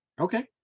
okay